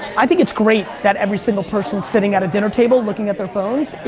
i think it's great that every single person sitting at a dinner table looking at their phones,